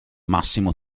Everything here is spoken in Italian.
massimo